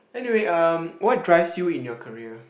anyway um what drives you in your career